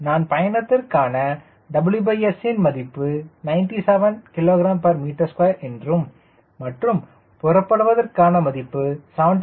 நான் பயணத்திற்கான WS ன் மதிப்பு 97 kgm2 என்றும் மற்றும் புறப்படுவதற்கான மதிப்பு 72